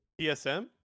TSM